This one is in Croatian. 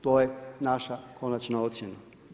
To je naša konačna ocjena.